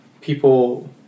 people